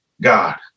God